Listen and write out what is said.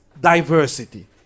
diversity